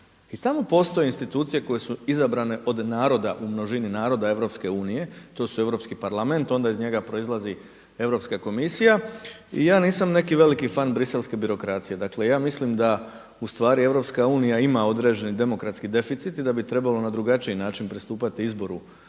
i tamo postoje institucije koje su izabrane od naroda, u množini naroda EU. To su Europski parlament. Onda iz njega proizlazi Europska komisija. I ja nisam neki veliki fan briselske birokracije. Ja mislim da u stvari EU ima određeni demokratski deficit i da bi trebalo na drugačiji način pristupati izboru